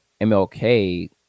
MLK